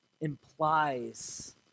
implies